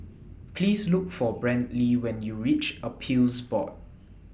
Please Look For Brantley when YOU REACH Appeals Board